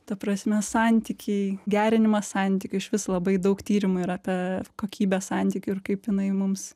ta prasme santykiai gerinimas santykių išvis labai daug tyrimų yra apie kokybę santykių ir kaip jinai mums